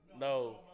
No